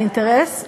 האינטרס,